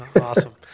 Awesome